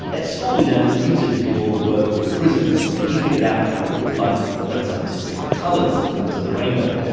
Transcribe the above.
at school we learnt it's newton who did all the work with prisms. you know he figured out how light breaks up into its different colours, the colours of the rainbow.